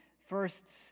first